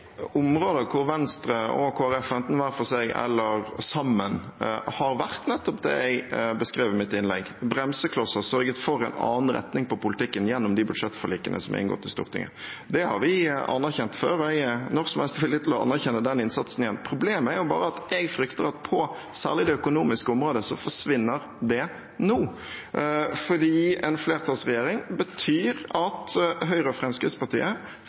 områder hvor Venstre og Kristelig Folkeparti, enten hver for seg eller sammen, har vært nettopp det jeg beskrev i mitt innlegg: en bremsekloss – og har sørget for en annen retning på politikken gjennom de budsjettforlikene som er inngått i Stortinget. Det har vi anerkjent før, og jeg er når som helst villig til å anerkjenne den innsatsen igjen. Problemet er jo bare at jeg frykter at særlig på det økonomiske området forsvinner dette nå, fordi en flertallsregjering betyr at Høyre og Fremskrittspartiet